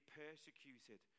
persecuted